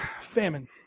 famine